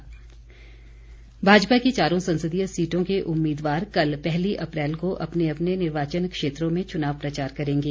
कार्यक्रम भाजपा के चारों संसदीय सीटों के उम्मीदवार कल पहली अप्रैल को अपने अपने निर्वाचन क्षेत्रों में चुनाव प्रचार करेंगे